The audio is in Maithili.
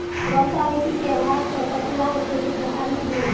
वर्षा ऋतू के अभाव सॅ पटुआक खेती प्रभावित भेल